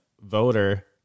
voter